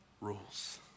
rules